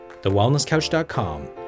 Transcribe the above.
Thewellnesscouch.com